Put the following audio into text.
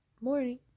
Morning